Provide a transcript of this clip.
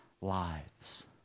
lives